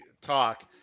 talk